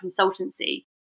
consultancy